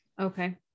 Okay